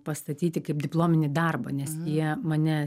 pastatyti kaip diplominį darbą nes jie mane